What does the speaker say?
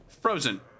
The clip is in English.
frozen